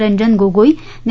रंजन गोगोई न्या